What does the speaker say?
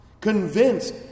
convinced